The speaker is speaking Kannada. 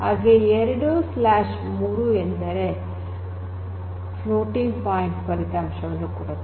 ಹಾಗೆಯೇ 2 3 ಎಂದು ಕೊಟ್ಟರೆ ಫ್ಲೋಟಿಂಗ್ ಪಾಯಿಂಟ್ ಫಲಿತಾಂಶವನ್ನು ಕೊಡುತ್ತದೆ